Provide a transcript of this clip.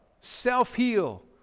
self-heal